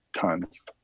tons